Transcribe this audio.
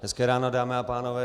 Hezké ráno, dámy a pánové.